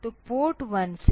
तो पोर्ट 1 से